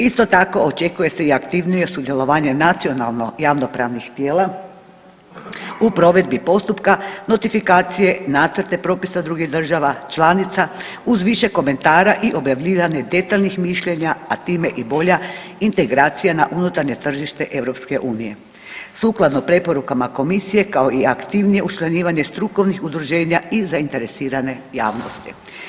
Isto tako, očekuje se i aktivnije sudjelovanje nacionalno javnopravnih tijela u provedbi postupka notifikacija, nacrta propisa drugih država članica uz više komentara i objavljivanje detaljnih mišljenja, a time i bolja integracija na unutarnje tržište EU, sukladno preporukama Komisije, kao i aktivnije učlanjivanje strukovnih udruženja i zainteresirane javnosti.